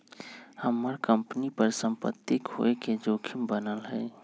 हम्मर कंपनी पर सम्पत्ति खोये के जोखिम बनल हई